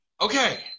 Okay